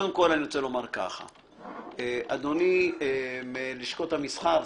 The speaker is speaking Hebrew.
אדוני מלשכות המסחר,